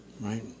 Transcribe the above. right